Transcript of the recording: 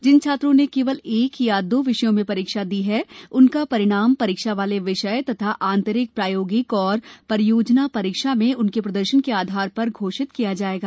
जिन छात्रों ने केवल एक या दो विषयों में परीक्षा दी है उनका परिणाम परीक्षा वाले विषय तथा आतंरिक प्रायोगिक और परियोजना परीक्षा में उनके प्रदर्शन के आधार पर घोषित किया जाएगा